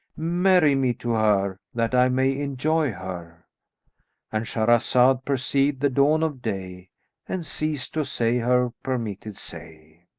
marry me to her, that i may enjoy her and shahrazad perceived the dawn of day and ceased to say her permitted say.